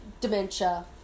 dementia